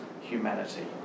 humanity